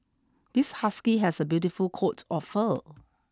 this husky has a beautiful coat of fur